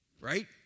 Right